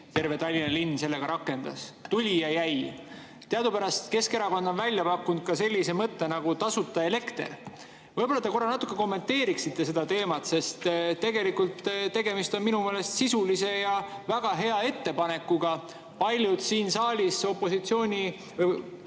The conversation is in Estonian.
terve Tallinna linn selle ka rakendas. Tuli ja jäi. Teadupärast on Keskerakond välja pakkunud ka sellise mõtte nagu tasuta elekter. Võib-olla te korra natuke kommenteeriksite seda teemat. Tegelikult on minu meelest tegemist sisulise ja väga hea ettepanekuga. Paljud siin saalis – opositsioonikaaslased,